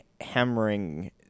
hammering